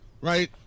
right